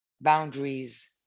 boundaries